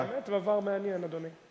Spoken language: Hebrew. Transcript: זה באמת דבר מעניין, אדוני.